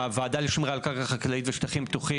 הוועדה לשמירה על קרקע חקלאית ושטחים פתוחים